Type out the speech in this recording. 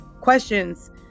questions